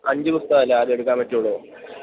അഞ്ച് പുസ്തകം അല്ലേ ആദ്യം എടുക്കാൻ പറ്റുവുള്ളൂ